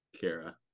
Kara